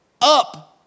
up